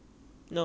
ya